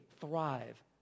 thrive